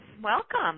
Welcome